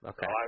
Okay